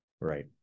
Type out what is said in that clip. Right